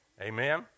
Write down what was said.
Amen